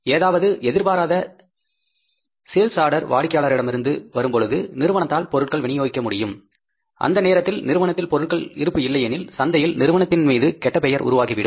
எனவே ஏதாவது எதிர்பாராத சேல்ஸ் ஆர்டர் வாடிக்கையாளரிடம் இருந்து வரும்பொழுது நிறுவனத்தால் பொருட்களை விநியோகிக்க முடியும் அந்த நேரத்தில் நிறுவனத்தில் பொருட்கள் இருப்பு இல்லை எனில் சந்தையில் நிறுவனத்தின் மீது கெட்டபெயர் உருவாகிவிடும்